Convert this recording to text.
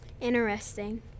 Interesting